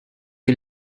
you